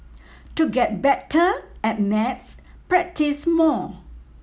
to get better at maths practise more